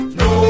no